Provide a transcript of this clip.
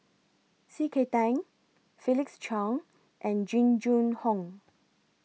C K Tang Felix Cheong and Jing Jun Hong